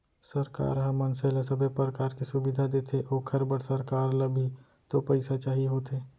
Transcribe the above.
सरकार ह मनसे ल सबे परकार के सुबिधा देथे ओखर बर सरकार ल भी तो पइसा चाही होथे